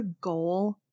goal